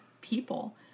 people